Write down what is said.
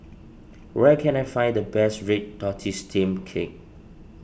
where can I find the best Red Tortoise Steamed Cake